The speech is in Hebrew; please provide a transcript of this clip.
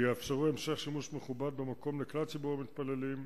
ויאפשרו המשך שימוש מכובד במקום לכלל ציבור המתפללים,